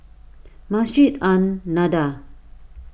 Masjid An Nahdhah